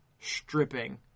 stripping